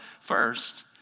first